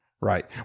Right